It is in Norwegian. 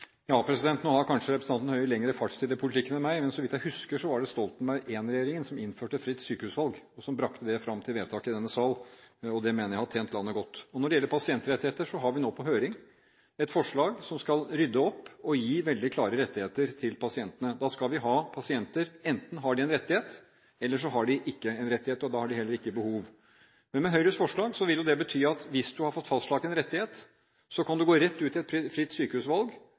Nå har kanskje representanten Høie lengre fartstid i politikken enn jeg, men så vidt jeg husker, var det Stoltenberg I-regjeringen som innførte fritt sykehusvalg, og som brakte det fram til vedtak i denne sal. Og det mener jeg har tjent landet godt. Når det gjelder pasientrettigheter, har vi nå på høring et forslag som skal rydde opp og gi veldig klare rettigheter til pasientene. Enten har pasientene en rettighet, eller så har de ikke en rettighet, og da har de heller ikke behov. Med Høyres forslag vil det bety at hvis man har fått fastlagt en rettighet, kan man gå rett ut i et fritt sykehusvalg